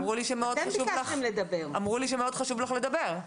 אמרו לי שמאוד חשוב לך לדבר.